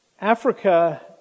Africa